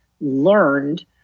learned